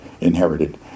inherited